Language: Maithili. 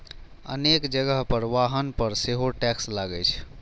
अनेक जगह पर वाहन पर सेहो टैक्स लागै छै